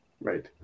Right